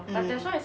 mm